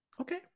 okay